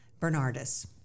Bernardus